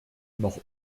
noch